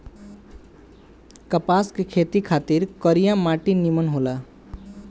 कपास के खेती खातिर करिया माटी निमन होला